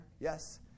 Yes